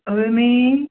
अळमी